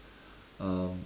um